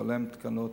כולל תקנות,